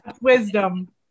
Wisdom